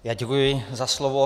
Já děkuji za slovo.